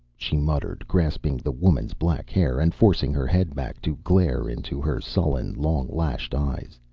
she muttered, grasping the woman's black hair, and forcing her head back to glare into her sullen, long-lashed eyes.